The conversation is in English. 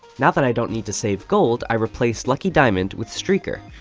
now that i don't need to save gold, i replace lucky diamond with streaker.